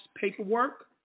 paperwork